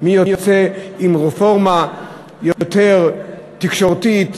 מי יוצא עם רפורמה יותר תקשורתית,